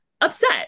upset